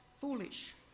foolish